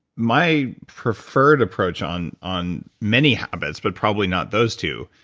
my preferred approach on on many habits, but probably not those two,